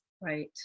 Right